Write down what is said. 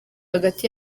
hagati